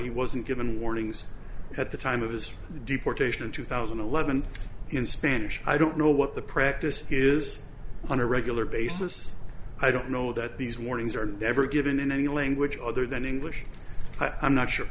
he wasn't given warnings at the time of his deportation in two thousand and eleven in spanish i don't know what the practice is on a regular basis i don't know that these warnings are ever given in any language other than english i'm not sure